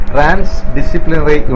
Transdisciplinary